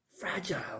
fragile